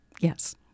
yes